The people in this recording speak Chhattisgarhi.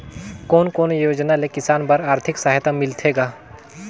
कोन कोन योजना ले किसान बर आरथिक सहायता मिलथे ग?